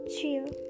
Chill